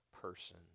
person